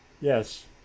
Yes